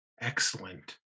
excellent